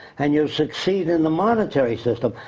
and you succeed in the monetary system,